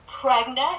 Pregnant